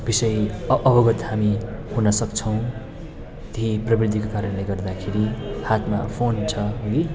विषय अवगत हामी हुन सक्छौँ ती प्रविधिको कारणले गर्दाखेरि हातमा फोन छ हगि